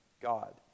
God